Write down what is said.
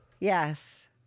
Yes